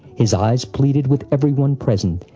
his eyes pleaded with everyone present,